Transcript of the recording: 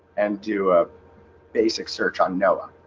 and do a basic search on noah